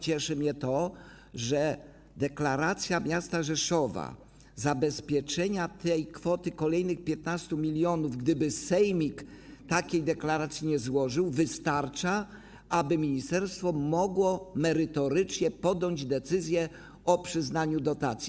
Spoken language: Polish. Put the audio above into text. Cieszy mnie to, że deklaracja miasta Rzeszowa o zabezpieczeniu kwoty kolejnych 15 mln, gdyby sejmik takiej deklaracji nie złożył, wystarcza, aby ministerstwo mogło merytorycznie podjąć decyzję o przyznaniu dotacji.